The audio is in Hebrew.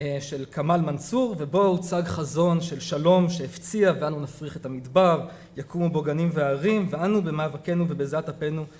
של כאמל מנצור, ובו הוא הוצג חזון של שלום שהפציע, ואנו נפריך את המדבר, יקומו בו גנים וערים, ואנו במאבקנו ובזיעת אפינו